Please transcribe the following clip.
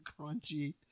crunchy